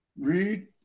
Read